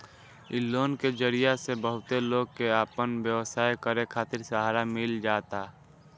इ लोन के जरिया से बहुते लोग के आपन व्यवसाय करे खातिर सहारा मिल जाता